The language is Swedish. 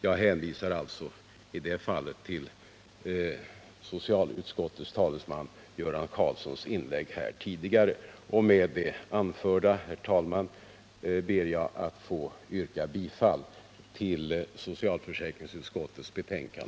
Jag hänvisar alltså till socialutskottets talesman Göran Karlssons inlägg här tidigare. Med det anförda, herr talman, ber jag att få yrka bifall till socialförsäkringsutskottets hemställan.